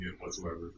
whatsoever